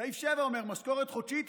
סעיף 7 אומר שמשכורת חודשית,